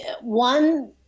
one